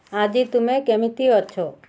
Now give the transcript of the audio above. ଆଜି ତୁମେ କେମିତି ଅଛ